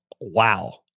wow